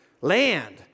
Land